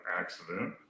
accident